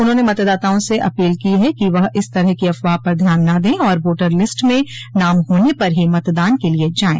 उन्होंने मतदाताओं से अपील की है कि वह इस तरह की अफवाह पर ध्यान न द और वोटर लिस्ट में नाम होने पर ही मतदान के लिये जाये